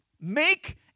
Make